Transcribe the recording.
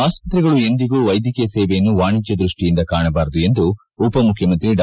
ಆಸ್ಪತ್ರೆಗಳು ಎಂದಿಗೂ ವೈದ್ಯಕೀಯ ಸೇವೆಯನ್ನು ವಾಣಿಜ್ಞ ದೃಷ್ಟಿಯಿಂದ ಕಾಣಬಾರದು ಎಂದು ಉಪಮುಖ್ಯಮಂತ್ರಿ ಡಾ